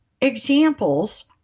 examples